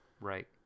Right